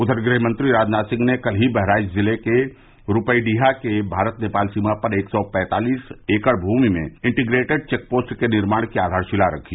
उघर गृहमंत्री राजनाथ सिंह ने कल ही बहराइच जिले के थाना रूपईडीहा के भारत नेपाल सीमा पर एक सौ पैंतालीस एकड़ भूमि में इंटीप्रेटेट चेक पोस्ट के निर्माण की आधार शिला रखी